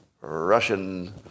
Russian